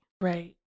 Right